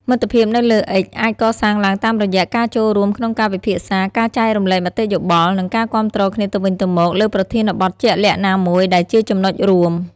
មិត្តភាពនៅលើអិចអាចកសាងឡើងតាមរយៈការចូលរួមក្នុងការពិភាក្សា ការចែករំលែកមតិយោបល់ និងការគាំទ្រគ្នាទៅវិញទៅមកលើប្រធានបទជាក់លាក់ណាមួយ ដែលជាចំណុចរួម។